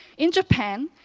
in japan,